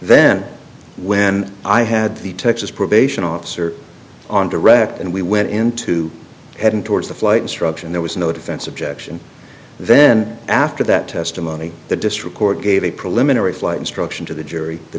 then when i had the texas probation officer on direct and we went into heading towards the flight instruction there was no defense objection then after that testimony the district court gave a preliminary flight instruction to the jury the